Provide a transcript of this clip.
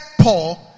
Paul